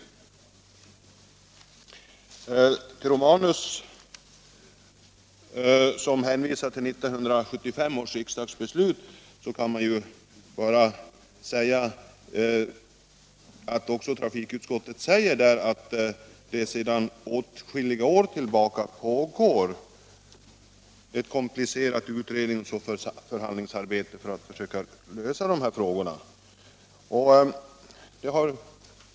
Till herr Romanus, som hänvisar till 1975 års riksdagsbeslut, vill jag säga att trafikutskottet anför att det sedan åtskilliga år tillbaka pågår ett komplicerat utredningsoch förhandlingsarbete för att försöka lösa dessa problem.